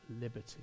liberty